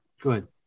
good